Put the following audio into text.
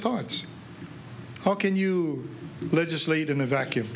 thoughts how can you legislate in a vacuum